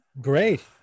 Great